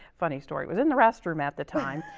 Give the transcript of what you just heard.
funny story, was in the restroom at the time,